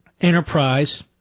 Enterprise